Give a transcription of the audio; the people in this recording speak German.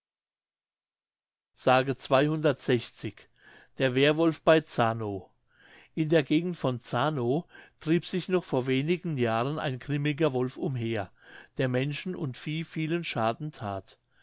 der währwolf bei zarnow in der gegend von zarnow trieb sich noch vor wenigen jahren ein grimmiger wolf umher der menschen und vieh vielen schaden that